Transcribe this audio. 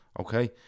Okay